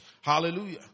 Hallelujah